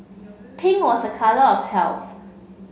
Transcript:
pink was a colour of health